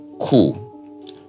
cool